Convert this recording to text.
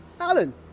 Alan